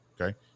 Okay